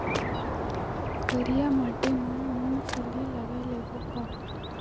करिया माटी मा मूंग फल्ली लगय लेबों का?